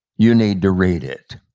you need to read it.